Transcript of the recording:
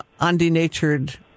undenatured